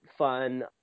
fun